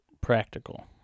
practical